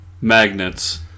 magnets